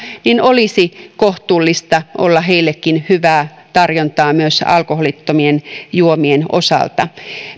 ja olisi kohtuullista olla heillekin hyvää tarjontaa myös alkoholittomien juomien osalta kun